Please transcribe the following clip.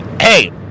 Hey